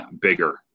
bigger